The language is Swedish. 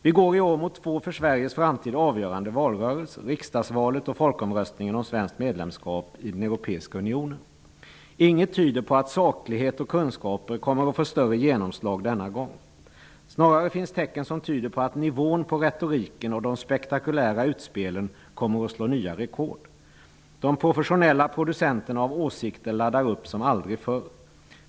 Vi går i år mot två för Sveriges framtid avgörande valrörelser: Riksdagsvalet och folkomröstningen om svenskt medlemskap i Europeiska unionen. Inget tyder på att saklighet och kunskap kommer att få större genomslag denna gång. Det finns snarare tecken som tyder på att nivån på retoriken och de spektakulära utspelen kommer att slå nya rekord. De professionella producenterna av åsikter laddar upp som aldrig förr.